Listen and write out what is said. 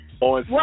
On